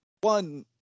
One